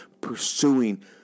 pursuing